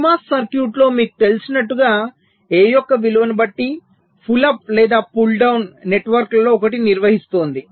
CMOS సర్క్యూట్లో మీకు తెలిసినట్లుగా A యొక్క విలువను బట్టి పుల్ అప్ లేదా పుల్డౌన్ నెట్వర్క్లలో ఒకటి నిర్వహిస్తోంది